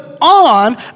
on